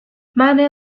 many